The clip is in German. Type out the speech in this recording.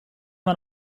man